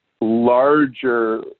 larger